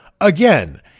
again